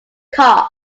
carved